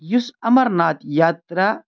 یُس اَمرناتھ یاترا